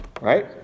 right